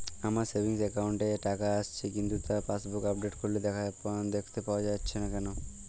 আমার savings account এ টাকা আসছে কিন্তু তা পাসবুক আপডেট করলে দেখতে পাওয়া যাচ্ছে না কেন?